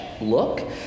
look